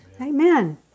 Amen